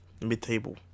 mid-table